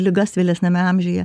ligas vėlesniame amžiuje